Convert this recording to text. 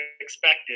expected